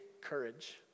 courage